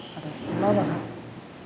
ᱟᱨ ᱚᱰᱟᱨ ᱞᱮᱜᱼᱟ